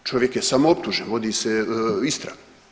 Čovjek je samo optužen, vodi se istraga.